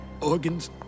organs